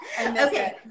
Okay